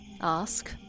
ask